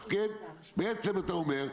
בעצם אתה אומר,